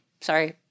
Sorry